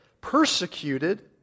persecuted